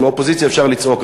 כי מהאופוזיציה אפשר לצעוק,